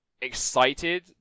excited